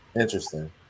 Interesting